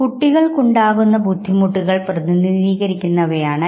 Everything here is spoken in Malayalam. കുട്ടികൾക്കുണ്ടാകുന്ന ബുദ്ധിമുട്ടുകൾ പ്രതിനിധീകരിക്കുന്നവയാണിത്